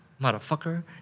motherfucker